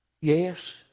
Yes